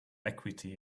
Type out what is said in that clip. equity